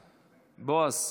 בועז,